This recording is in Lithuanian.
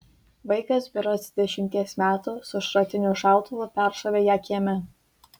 vaikas berods dešimties metų su šratiniu šautuvu peršovė ją kieme